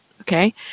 Okay